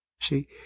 See